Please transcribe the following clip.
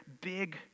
big